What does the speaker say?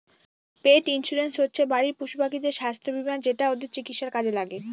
পেট insurance হচ্ছে বাড়ির পশুপাখিদের স্বাস্থ্য বীমা যেটা ওদের চিকিৎসার কাজে লাগে